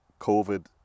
COVID